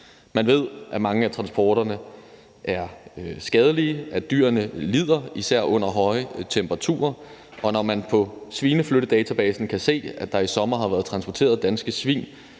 Man ved, at mange af transporterne er skadelige, og at dyrene lider, især under høje temperaturer, og når man på Svineflyttedatabasen kan se, at der i sommer har været transporteret danske svin